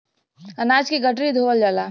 अनाज के गठरी धोवल जाला